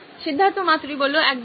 সিদ্ধার্থ মাতুরি একদমই